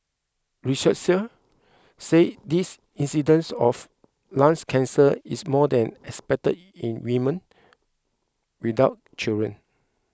researchers said this incidence of lungs cancer is more than expected in women without children